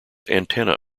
antenna